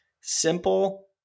simple